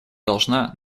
должна